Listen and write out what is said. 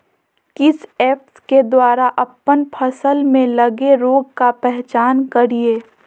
किस ऐप्स के द्वारा अप्पन फसल में लगे रोग का पहचान करिय?